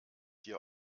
dir